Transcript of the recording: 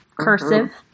cursive